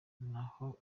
naho